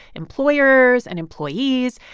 employers and employees.